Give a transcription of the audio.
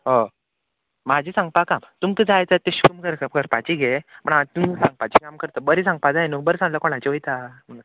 हय म्हाजी सांगपा काम तुमकां जाय तर तें शूम करप करपाची गे म्हण हांव तुमी सांगपाचें काम करता बरें सांगपा जाय न्हू बरें सांगलें कोणाचें वयता म्हणून